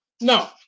No